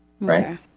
Right